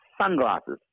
sunglasses